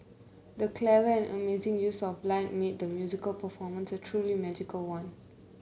the clever and amazing use of lighting made the musical performance a truly magical one